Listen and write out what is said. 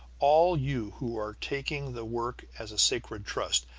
all you who are taking the work as a sacred trust,